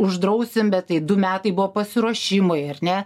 uždrausim bet tai du metai buvo pasiruošimui ar ne